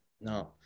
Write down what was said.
No